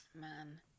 Man